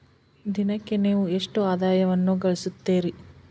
ದಿನಕ್ಕೆ ನೇವು ಎಷ್ಟು ಆದಾಯವನ್ನು ಗಳಿಸುತ್ತೇರಿ?